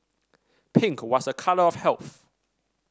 pink was a colour of health